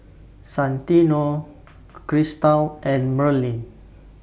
Santino Cristal and Merlin